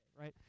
right